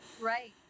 Right